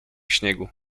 śniegu